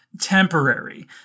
temporary